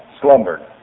slumbered